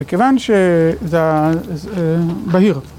‫מכיוון שזה בהיר.